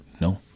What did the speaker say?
no